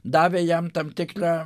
davė jam tam tikrą